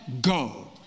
go